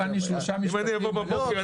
אם אני אבוא בבוקר,